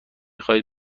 خواهید